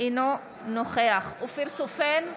אינו נוכח אופיר סופר,